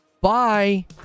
Bye